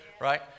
right